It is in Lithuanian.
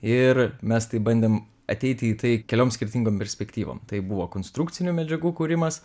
ir mes tai bandėm ateiti į tai keliom skirtingom perspektyvom tai buvo konstrukcinių medžiagų kūrimas